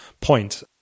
point